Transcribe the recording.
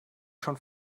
schon